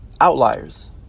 outliers